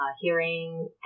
hearing